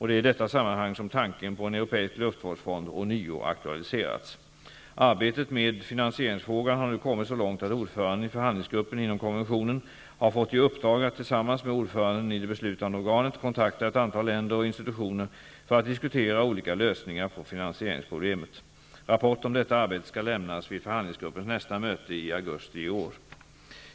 Det är i detta sammanhang som tanken på en europeisk luftvårdsfond ånyo aktualiserats. Arbetet med finansieringsfrågan har nu kommit så långt att ordföranden i förhandlingsgruppen inom konventionen har fått i uppdrag att tillsammans med ordföranden i det beslutande organet kontakta ett antal länder och institutioner för att diskutera olika lösningar på finansieringsproblemet. Rapport om detta arbete skall lämnas vid förhandlingsgruppens nästa möte i augusti i år.